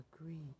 agreed